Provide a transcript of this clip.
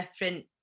different